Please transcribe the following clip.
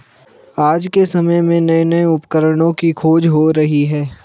आज के समय में नये नये उपकरणों की खोज हो रही है